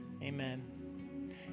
amen